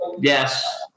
yes